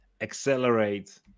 accelerate